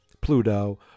Pluto